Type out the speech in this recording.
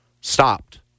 stopped